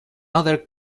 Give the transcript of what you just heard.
other